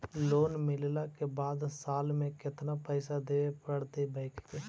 Loan मिलला के बाद साल में केतना पैसा देबे पड़तै बैक के?